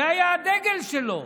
זה היה הדגל שלו.